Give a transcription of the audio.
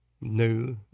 new